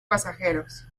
pasajeros